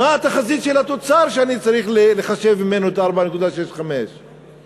מה התחזית של התוצר שאני צריך לחשב ממנו את ה-4.65 בשביל